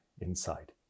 inside